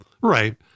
Right